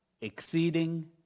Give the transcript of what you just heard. exceeding